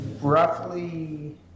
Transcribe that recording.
roughly